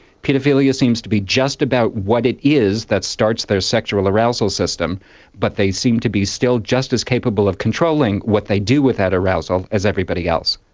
paedophilia seems to be just about what it is that starts their sexual arousal system but they seem to be still just as capable of controlling what they do with that arousal as everybody else.